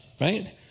Right